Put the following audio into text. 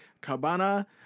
Cabana